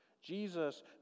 Jesus